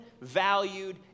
valued